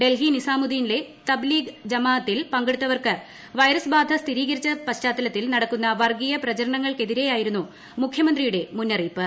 ഡൽഹി നിസാമുദ്ദീനിലെ തബ്ലീഗ് ജമാഅ്ത്തിൽ പങ്കെടുത്തവർക്ക് വൈറസ് ബാധ സ്ഥിരീകരിച്ച പശ്ചാത്തലത്തിൽ നടക്കുന്ന വർഗീയ പ്രചരണങ്ങൾക്കെതിരെയായിരുന്നു ് മുഖ്യമന്ത്രിയുടെ മുന്നറിയിപ്പ്